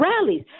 rallies